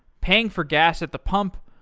paying for gas at the pump,